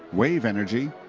wave energy,